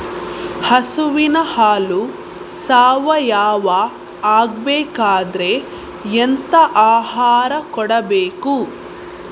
ಹಸುವಿನ ಹಾಲು ಸಾವಯಾವ ಆಗ್ಬೇಕಾದ್ರೆ ಎಂತ ಆಹಾರ ಕೊಡಬೇಕು?